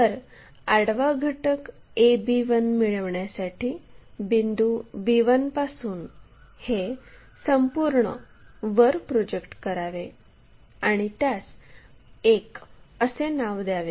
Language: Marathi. तर आडवा घटक ab1 मिळविण्यासाठी बिंदू b1 पासून हे संपूर्ण वर प्रोजेक्ट करावे आणि त्यास 1 असे नाव द्यावे